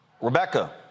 Rebecca